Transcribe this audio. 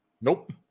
Nope